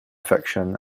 fiction